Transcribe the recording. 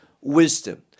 wisdom